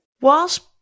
Whilst